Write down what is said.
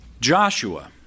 Joshua